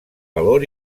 valor